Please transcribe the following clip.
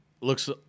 looks